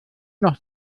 noch